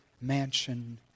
mansion